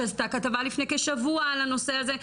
שעשתה כתבה לפני כשבוע על הנושא הזה.